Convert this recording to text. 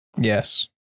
Yes